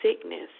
sickness